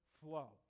flow